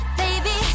baby